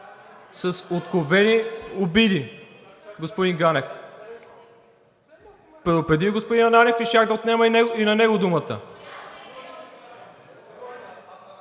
с откровени обиди, господин Ганев. Предупредих господин Ананиев и щях да отнема и на него думата.